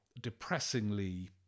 depressingly